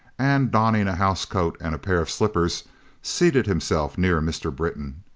and donning a house coat and pair of slippers seated himself near mr. britton,